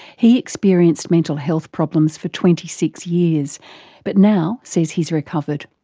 he experienced mental health problems for twenty six years but now says he's recovered.